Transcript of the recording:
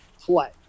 play